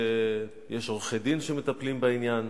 יש עורכי-דין שמטפלים בעניין.